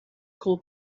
called